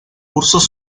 cursos